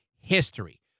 history